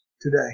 today